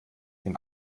den